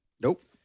Nope